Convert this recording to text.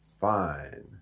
fine